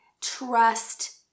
Trust